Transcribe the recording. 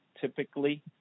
typically